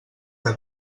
que